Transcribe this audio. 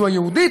זו היהודית.